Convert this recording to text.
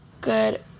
good